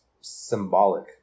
symbolic